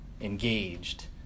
engaged